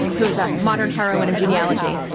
who is a modern heroine of genealogy.